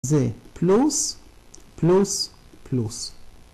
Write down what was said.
זה פלוס, פלוס, פלוס.